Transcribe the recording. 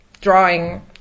drawing